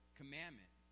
commandment